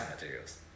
materials